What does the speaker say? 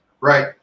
Right